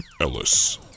ellis